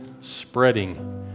spreading